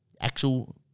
Actual